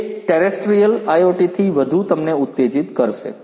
તે terrestrial IoT થી વધુ તમને ઉત્તેજિત કરશે